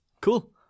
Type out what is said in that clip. Cool